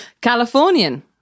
Californian